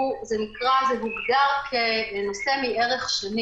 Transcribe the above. זה הוגדר כנושא מערך שני